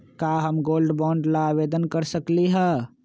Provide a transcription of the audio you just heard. का हम gold bond ला आवेदन कर सकली ह?